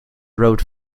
road